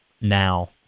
now